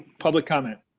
public comment.